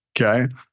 okay